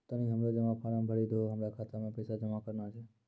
तनी हमरो जमा फारम भरी दहो, हमरा खाता मे पैसा जमा करना छै